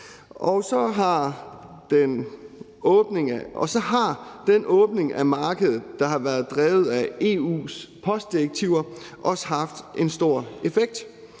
Og så har den åbning af markedet, der har været drevet af EU's postdirektiver, også haft en stor effekt.